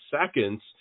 seconds